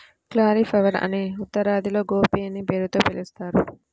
క్యాలిఫ్లవరునే ఉత్తరాదిలో గోబీ అనే పేరుతో పిలుస్తారు